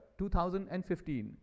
2015